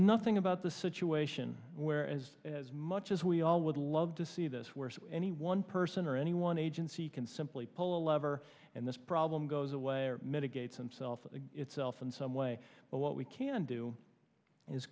nothing about the situation whereas as much as we all would love to see this where any one person or any one agency can simply pull a lever and this problem goes away or mitigate some self itself in some way but what we can do is